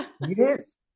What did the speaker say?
Yes